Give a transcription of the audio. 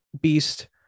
Beast